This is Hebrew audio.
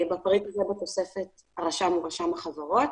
בפריט בתוספת הרשם הוא רשם החברות.